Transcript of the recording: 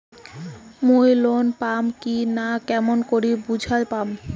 মুই লোন পাম কি না কেমন করি বুঝা পাম?